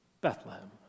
Bethlehem